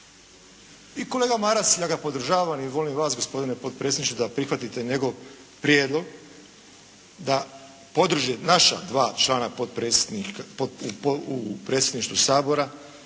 I kolega Maras da ga podržavam i molim vas gospodine potpredsjedniče da prihvatite njegov prijedlog, da podržite naša dva člana u predsjedništvu Sabora,